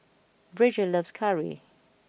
Bridger loves curry